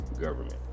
government